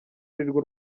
arirwo